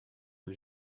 que